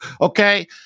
Okay